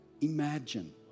imagine